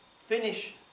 finish